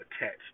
Attached